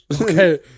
Okay